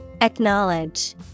Acknowledge